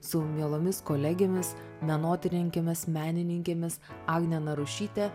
su mielomis kolegėmis menotyrininkėmis menininkėmis agne narušyte